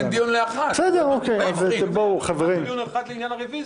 ל-13:00 לעניין הרביזיה.